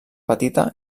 petita